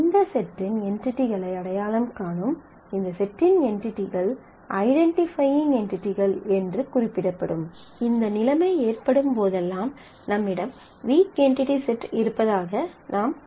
இந்த செட்டின் என்டிடிகளை அடையாளம் காணும் இந்த செட்டின் என்டிடிகள் ஐடென்டிஃபையிங் என்டிடிகள் என்று குறிப்பிடப்படும் இந்த நிலைமை ஏற்படும் போதெல்லாம் நம்மிடம் வீக் என்டிடி செட் இருப்பதாக நாம் கூறுகிறோம்